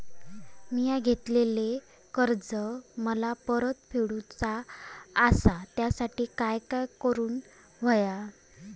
मिया घेतलेले कर्ज मला परत फेडूचा असा त्यासाठी काय काय करून होया?